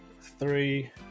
Three